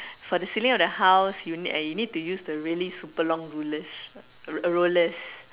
for the ceiling of the house you need uh you need to use the super long rulers uh rollers